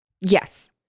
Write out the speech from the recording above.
yes